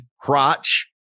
crotch